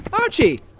Archie